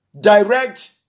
direct